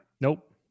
Nope